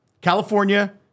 California